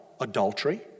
adultery